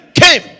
came